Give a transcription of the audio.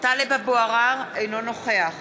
טלב אבו עראר, אינו נוכח